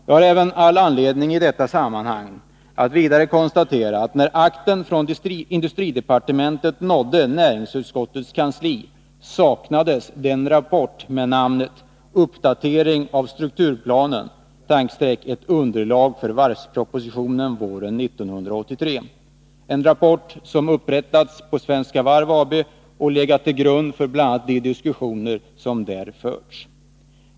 Jag har all anledning i detta sammanhang att vidare konstatera att när akten från industridepartementet nådde näringsutskottets kansli saknades den rapport med namnet ”Uppdatering av strukturplanen — ett underlag för varvspropositionen 1982/83:147 om vissa varvsfrågor” som upprättats på Svenska Varv AB och legat till grund bl.a. för de diskussioner som där förts.